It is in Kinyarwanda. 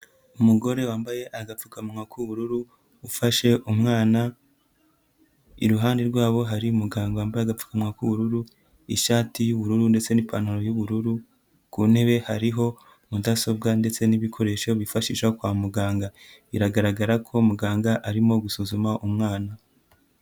Umugore wambaye agapfukamunwa k'ubururu, ufashe umwana, iruhande rwabo hari umuganga wambaye agapfukawa k'ubururu, ishati y'ubururu ndetse n'ipantaro y'ubururu, ku ntebe hariho mudasobwa ndetse n'ibikoresho bifashisha kwa muganga. Biragaragara ko muganga arimo gusuzuma umwana.